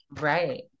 Right